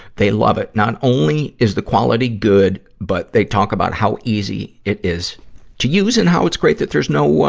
they love it. not only is the quality good, but they talk about how easy it is to use and how it's great that there's no, ah,